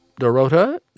Dorota